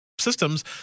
systems